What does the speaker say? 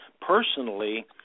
personally